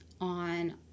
on